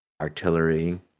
artillery